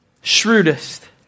Shrewdest